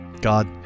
God